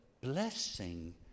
blessing